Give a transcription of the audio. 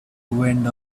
wind